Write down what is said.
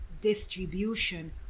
distribution